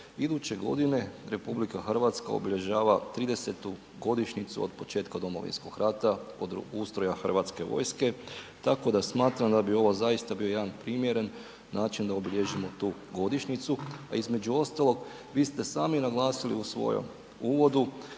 Iduće godine RH obilježava 30. godišnjicu od početka Domovinskog rata od ustroja HV-a, tako da smatram da bi ovo zaista bio jedan primjeren način da obilježimo tu godišnjicu. A između ostalog, vi ste sami naglasili u svojem uvodu